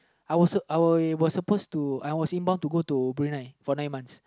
I was I were was supposed to I was involved to go to Brunei for nine months